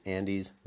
Andy's